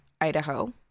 Idaho